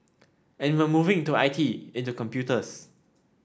and we're moving into I T into computers